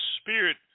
spirit